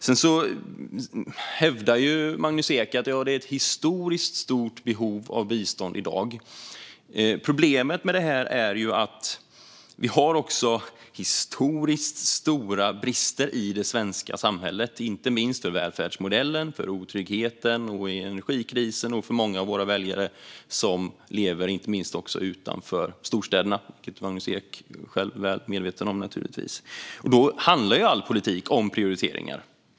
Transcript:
Magnus Ek hävdar att det är ett historiskt stort behov av bistånd i dag. Problemet med detta är att vi också har historiskt stora brister i det svenska samhället, inte minst när det gäller välfärdsmodellen, otryggheten, energikrisen och tillvaron för många av våra väljare som lever utanför storstäderna, vilket Magnus Ek själv naturligtvis är väl medveten om. All politik handlar om prioriteringar.